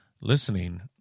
Listening